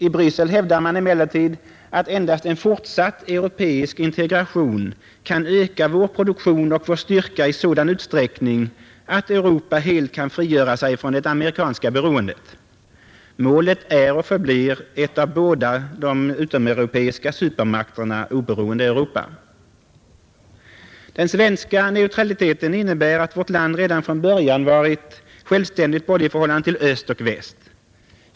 I Bryssel hävdar man emellertid att endast en fortsatt europeisk integration kan öka vår produktion och vår styrka i sådan utsträckning, att Europa helt kan frigöra sig från det amerikanska beroendet. Målet är och förblir ett av de båda utomeuropeiska supermakterna oberoende Europa. Den svenska neutraliteten innebär att vårt land redan från början varit självständigt både i förhållande till öst och till väst.